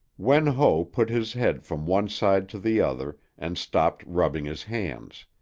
wen ho put his head from one side to the other and stopped rubbing his hands.